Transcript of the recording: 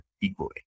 equally